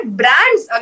brands